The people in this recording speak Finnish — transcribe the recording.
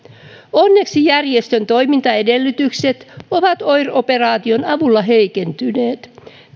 onneksi järjestön toimintaedellytykset ovat oir operaation avulla heikentyneet